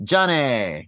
Johnny